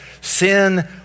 Sin